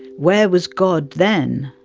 where was god then?